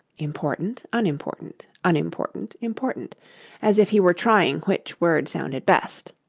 important unimportant unimportant important as if he were trying which word sounded best.